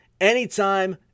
anytime